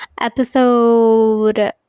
episode